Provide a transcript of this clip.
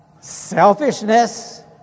Selfishness